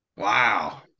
Wow